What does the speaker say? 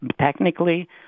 Technically